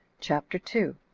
chapter two.